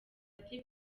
ati